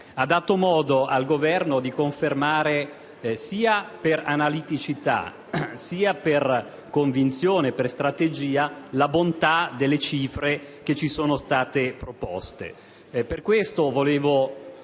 ha dato modo al Governo di confermare, sia per analiticità, sia per convinzione e strategia, la bontà delle cifre che ci sono state proposte. Desidero